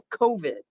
COVID